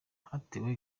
hatewe